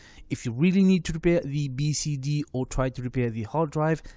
if you really need to repair the bcd or try to repair the hard drive,